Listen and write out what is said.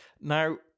Now